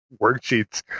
worksheets